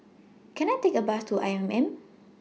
Can I Take A Bus to I M M